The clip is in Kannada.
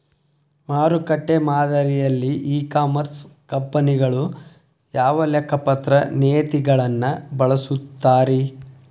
ಮಾರುಕಟ್ಟೆ ಮಾದರಿಯಲ್ಲಿ ಇ ಕಾಮರ್ಸ್ ಕಂಪನಿಗಳು ಯಾವ ಲೆಕ್ಕಪತ್ರ ನೇತಿಗಳನ್ನ ಬಳಸುತ್ತಾರಿ?